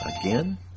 again